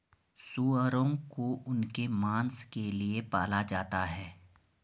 सूअरों को उनके मांस के लिए पाला जाता है